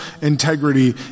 integrity